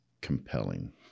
compelling